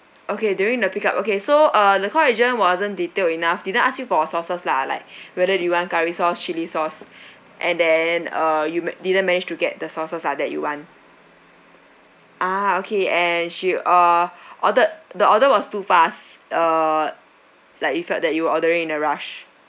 okay during the pick up okay so uh the call agent wasn't detail enough didn't ask you for sauces lah like whether do you want curry sauce chilli sauce and then uh you ma~ didn't manage to get the sauces lah that you want ah okay and she uh ordered the order was too fast uh like you felt that you are ordering in a rush